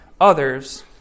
others